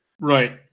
Right